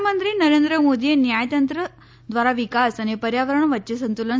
પ્રધાનમંત્રી નરેન્દ્ર મોદીએ ન્યાયતંત્ર દ્વારા વિકાસ અને પર્યાવરણ વચ્ચે સંત્રલન